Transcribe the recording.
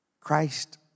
Christ